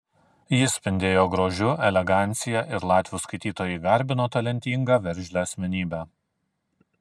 ji spindėjo grožiu elegancija ir latvių skaitytojai garbino talentingą veržlią asmenybę